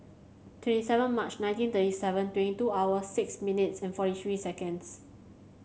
twenty seven March nineteen thirty seven twenty two hours six minutes and forty three seconds